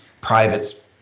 private